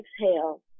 exhale